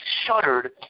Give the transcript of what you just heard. shuddered